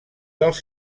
dels